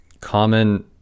common